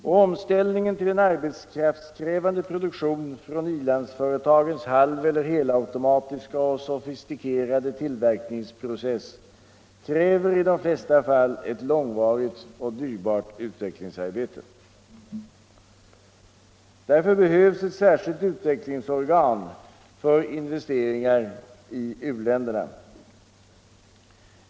Och omställningen till en arbetskraftskrävande produktion från i-landsföretagens halveller helautomatiska och sofistikerade tillverkningsprocess kräver i de flesta fall ett långvarigt och dyrbart utvecklingsarbete. Därför behövs ett särskilt utvecklingsorgan för investeringar i i-länderna.